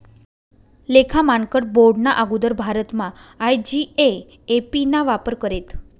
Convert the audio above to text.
लेखा मानकर बोर्डना आगुदर भारतमा आय.जी.ए.ए.पी ना वापर करेत